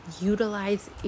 utilize